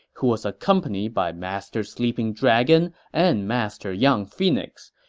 who was accompanied by master sleeping dragon and master young phoenix.